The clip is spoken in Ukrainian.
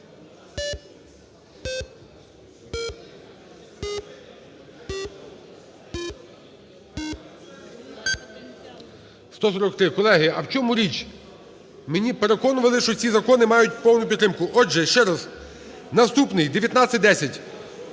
143. Колеги, а в чому річ? Мене переконували, що ці закони мають повну підтримку. Отже, ще раз: наступний – 1910,